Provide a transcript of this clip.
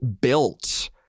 built